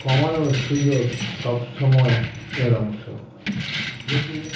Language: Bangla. কমানোর সুযোগ সব সময় এর অংশ যদি